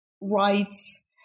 rights